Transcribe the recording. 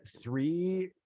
three